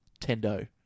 Tendo